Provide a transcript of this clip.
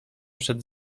przed